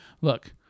Look